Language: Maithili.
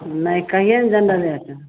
नहि कहिए ने जनरलेसँ